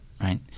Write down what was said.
right